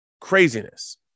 craziness